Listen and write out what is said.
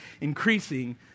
Increasing